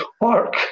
work